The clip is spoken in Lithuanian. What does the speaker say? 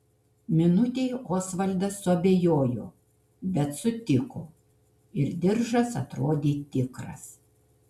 minutei osvaldas suabejojo bet sutiko ir diržas atrodė tikras